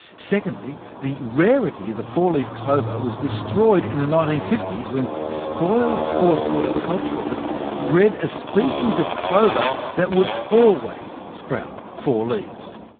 secondly, the rarity of the four-leaf clover was destroyed in the nineteen fifty s, when spoil-sport horticulturalists bred a species of clover that would always sprout four leaves.